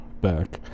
back